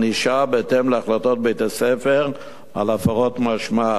ענישה בהתאם להחלטות בית-הספר על הפרות משמעת,